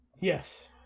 Yes